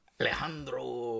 Alejandro